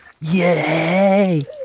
Yay